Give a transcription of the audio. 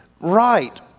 right